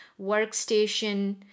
workstation